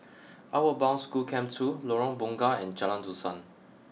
Outward Bound School Camp two Lorong Bunga and Jalan Dusan